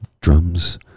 Drums